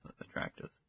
attractive